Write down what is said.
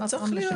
לא צריך להיות.